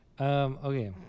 Okay